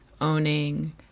owning